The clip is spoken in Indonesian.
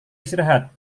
istirahat